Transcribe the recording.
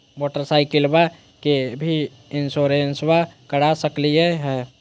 मोटरसाइकिलबा के भी इंसोरेंसबा करा सकलीय है?